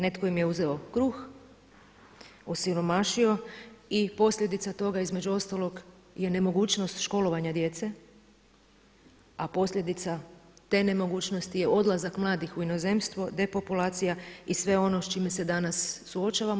Netko im je uzeo kruh, osiromašio i posljedica toga između ostalog je nemogućnost školovanja djece, a posljedica te nemogućnosti je odlazak mladih u inozemstvo, depopulacija i sve ono s čime se danas suočavamo.